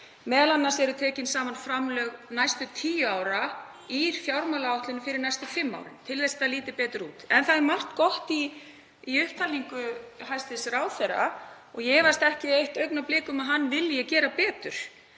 m.a. eru tekin saman framlög næstu tíu ára í fjármálaáætlun fyrir næstu fimm árin til að þetta líti betur út. En það er margt gott í upptalningu hæstv. ráðherra og ég efast ekki eitt augnablik um að hann vilji gera betur.